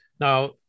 Now